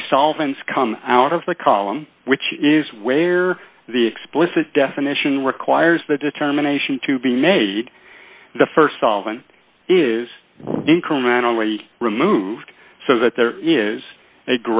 the solvents come out of the column which is where the explicit definition requires the determination to be made the st solvent is incrementally removed so that there is a